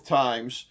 times